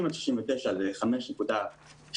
60 - 69 זה 5.2%,